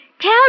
tell